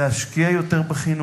להשקיע יותר בחינוך,